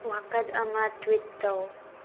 ꯋꯥꯀꯠ ꯑꯃ ꯇ꯭ꯋꯤꯠ ꯇꯧ